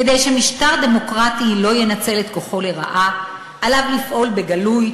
כדי שמשטר דמוקרטי לא ינצל את כוחו לרעה עליו לפעול בגלוי,